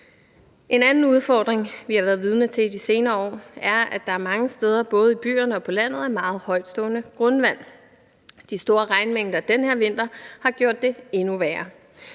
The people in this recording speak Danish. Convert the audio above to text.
En anden udfordring, vi har været vidne til i de senere år, er, at der mange steder, både i byerne og på landet, er meget højtstående grundvand. De store regnmængder den her vinter har gjort det endnu værre.